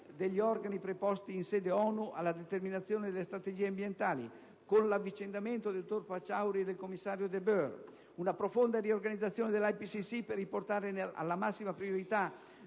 degli organi preposti in sede ONU alla determinazione delle strategie ambientali, con l'avvicendamento del dottor Pachauri e del commissario De Boer; una profonda riorganizzazione dell'IPCC per riportare alla massima priorità